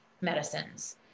medicines